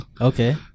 Okay